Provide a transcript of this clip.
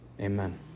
amen